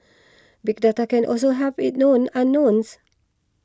big data can also help it known unknowns